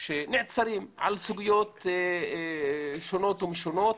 שנעצרים על סוגיות שונות ומשונות